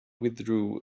withdrew